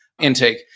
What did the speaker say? intake